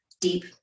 deep